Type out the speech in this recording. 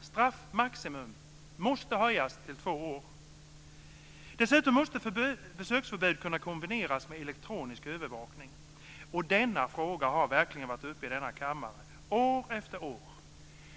Straffmaximum måste höjas till två år. Dessutom måste besöksförbud kunna kombineras med elektronisk övervakning. Denna fråga har verkligen varit uppe i denna kammare år efter år.